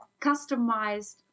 customized